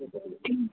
हूँ